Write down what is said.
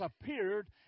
appeared